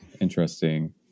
interesting